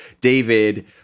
David